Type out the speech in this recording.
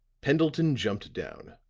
pendleton jumped down,